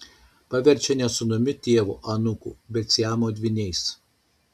paverčia ne sūnumi tėvu anūku bet siamo dvyniais